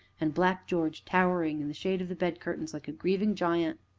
and black george towering in the shade of the bed-curtains, like a grieving giant.